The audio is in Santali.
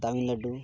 ᱛᱟᱹᱢᱤᱞᱱᱟᱹᱰᱩ